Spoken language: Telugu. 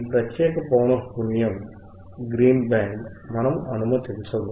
ఈ ప్రత్యేక పౌనఃపున్యం గ్రీన్ బ్యాండ్ మనము అనుమతించము